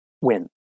Win